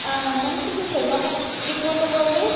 ma'am ਤੁਸੀਂ Sharma book depot ਤੋਂ ਬੋਲਦੇ ਹੋ